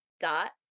dot